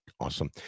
Awesome